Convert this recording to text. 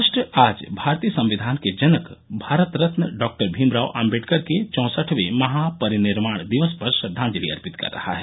राष्ट्र आज भारतीय संविधान के जनक भारत रत्न डॉक्टर भीमराव आम्बेडकर के चौंसठवें महा परिनिर्वाण दिवस पर श्रद्वांजलि अर्पित कर रहा है